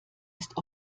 ist